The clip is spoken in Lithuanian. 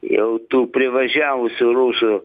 jau tų privažiavusių rusų